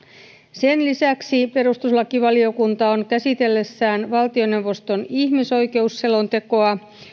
sen lisäksi perustuslakivaliokunta on käsitellessään valtioneuvoston ihmisoikeusselontekoa